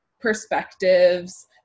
perspectives